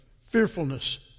fearfulness